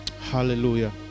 Hallelujah